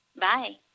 Bye